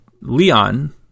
leon